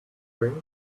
drink